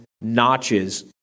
notches